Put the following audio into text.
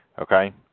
Okay